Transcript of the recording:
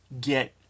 get